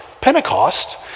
Pentecost